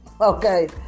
Okay